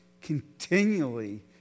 continually